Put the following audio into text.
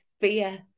fear